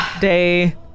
day